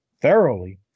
Thoroughly